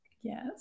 Yes